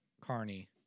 Carney